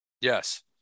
Yes